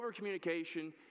overcommunication